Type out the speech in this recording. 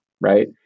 right